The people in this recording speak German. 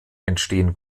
entstehen